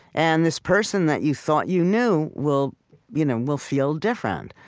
and this person that you thought you knew will you know will feel different,